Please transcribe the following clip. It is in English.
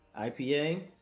ipa